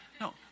no